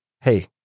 Hey